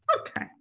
okay